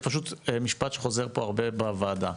משפט שחוזר פה הרבה בוועדה,